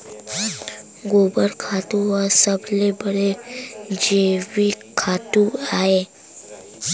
गोबर खातू ह सबले बड़े जैविक खातू अय